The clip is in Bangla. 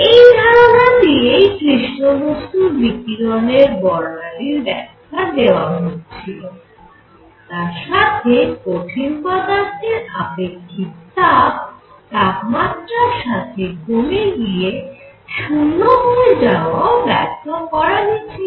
এই ধারণা দিয়েই কৃষ্ণ বস্তুর বিকিরণের বর্ণালীর ব্যাখ্যা দেওয়া হয়েছিল তার সাথে কঠিন পদার্থের আপেক্ষিক তাপ তাপমাত্রার সাথে কমে গিয়ে 0 হয়ে যাওয়াও ব্যাখ্যা করা গেছিল